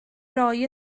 roi